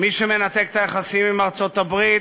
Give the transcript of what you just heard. מי שמנתק את היחסים עם ארצות-הברית,